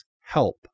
help